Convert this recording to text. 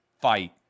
fight